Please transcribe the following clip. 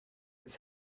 its